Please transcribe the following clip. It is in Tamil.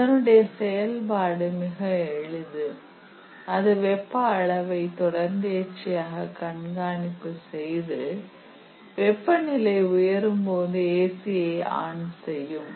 அதனுடைய செயல்பாடு மிக எளிது அது வெப்ப அளவை தொடர்ந்தேர்ச்சியாக கண்காணிப்பு செய்து வெப்பநிலை உயரும் போது ஏசியை ஆன் செய்யும்